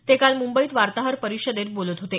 ते काल मुंबईत वार्ताहर परिषदेत बोलत होते